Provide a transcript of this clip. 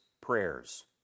prayers